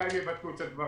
מתי הם יבצעו את הדברים.